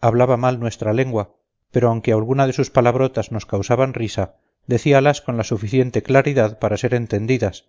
hablaba mal nuestra lengua pero aunque alguna de sus palabrotas nos causaban risa decíalas con la suficiente claridad para ser entendidas